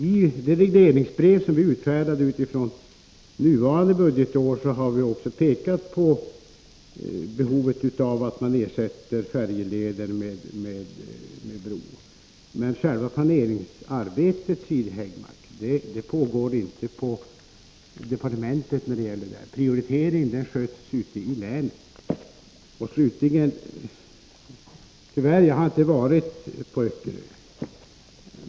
I det regleringsbrev som utfärdats under nuvarande budgetår har vi pekat på behovet av att man ersätter färjeleder med broar. Men själva planeringsarbetet, Siri Häggmark, pågår inte i departementet. Prioriteringen sköts ute i länen. Jag har tyvärr inte varit på Öckerö.